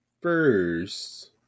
first